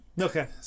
Okay